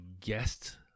guest